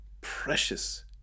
precious